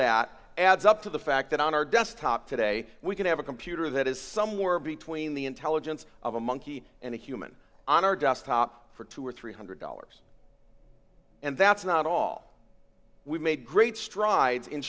that adds up to the fact that on our desktop today we can have a computer that is somewhere between the intelligence of a monkey and a human on our desktop for two or three hundred dollars and that's not all we've made great strides in